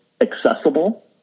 accessible